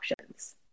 options